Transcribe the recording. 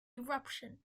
eruption